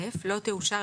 לא תאושר,